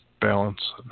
balance